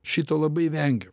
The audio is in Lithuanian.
šito labai vengiu